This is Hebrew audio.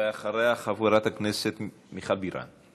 ואחריה, חברת הכנסת מיכל בירן.